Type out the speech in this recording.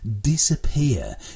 disappear